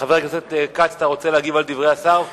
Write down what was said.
חבר הכנסת כץ, אתה רוצה להגיב על דברי השר?